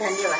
धन्यवाद